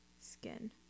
skin